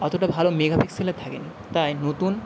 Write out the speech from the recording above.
অতটা ভালো মেগাপিক্সেলের থাকেনি তাই নতুন